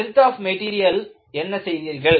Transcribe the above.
strength of மெடீரியலில் என்ன செய்தீர்கள்